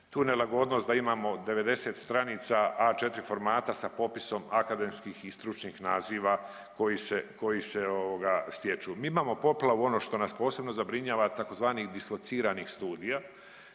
tu nelagodnost da imamo 90 stranica A4 formata sa popisom akademskih i stručnih naziva koji se, koji se ovoga stječu. Mi imamo poplavu ono što nas posebno zabrinjava tzv. dislociranih studija